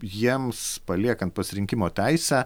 jiems paliekant pasirinkimo teisę